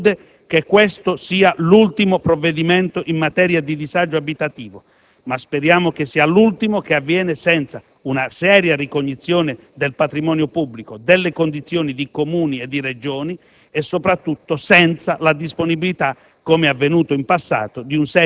Nessuno, quindi, si illude che questo sia l'ultimo provvedimento in materia di disagio abitativo, ma speriamo che sia l'ultimo che viene adottato senza una seria ricognizione del patrimonio pubblico, delle condizioni di Comuni e Regioni e, soprattutto, senza la disponibilità